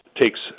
takes